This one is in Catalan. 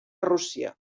rússia